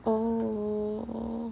oh